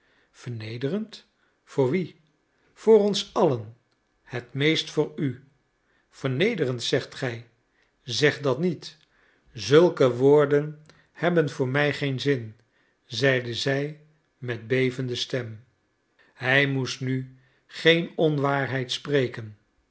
vernederend voor wien voor ons allen het meest voor u vernederend zegt gij zeg dat niet zulke woorden hebben voor mij geen zin zeide zij met bevende stem hij moest nu geen onwaarheid spreken